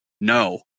no